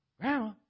Grandma